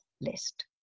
list